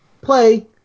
play